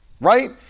Right